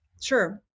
Sure